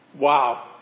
wow